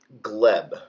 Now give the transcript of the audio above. Gleb